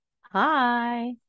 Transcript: Hi